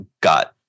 got